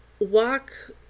Walk